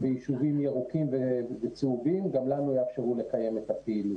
ביישובים ירוקים וצהובים גם לנו יאפשרו לקיים את הפעילות.